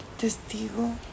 Testigo